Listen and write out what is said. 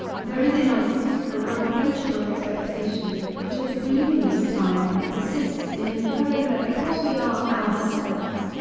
there is in us an unquenchable expectation, which at the gloomiest time persists in inferring that because we are ourselves,